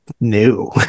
new